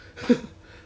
不值得